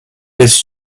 his